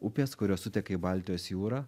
upės kurios suteka į baltijos jūrą